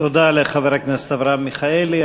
תודה לחבר הכנסת אברהם מיכאלי.